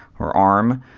or arm.